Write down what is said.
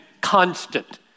constant